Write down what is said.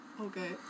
okay